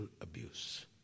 abuse